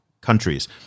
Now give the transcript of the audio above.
countries